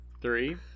Three